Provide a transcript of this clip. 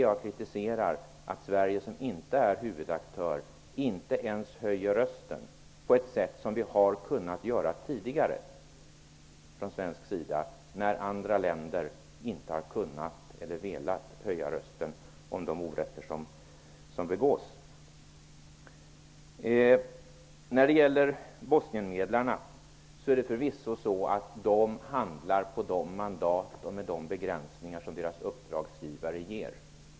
Jag kritiserar att Sverige, som inte är någon huvudaktör, inte ens höjer rösten på det sätt som vi tidigare har kunnat göra från svensk sida när andra länder inte har kunnat eller velat tala högt om de orättvisor som finns. Bosnienförmedlarna handlar med de mandat och de begränsningar som deras uppdragsgivare ger.